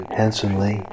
handsomely